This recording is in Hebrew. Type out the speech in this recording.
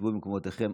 שבו במקומותיכם.